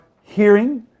hearing